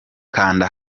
kanda